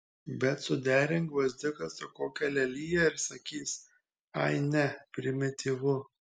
bet suderink gvazdiką su kokia lelija ir sakys ai ne primityvu